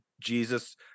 Jesus